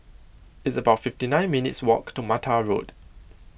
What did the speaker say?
it's about fifty nine minutes' walk to Mattar Road